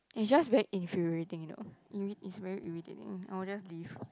it's just very infuriating you know it it's very irritating I'll just leave